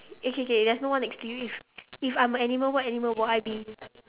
okay K there's no one next to you if if I'm an animal what animal would I be